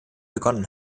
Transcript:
begonnen